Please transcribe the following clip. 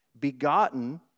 Begotten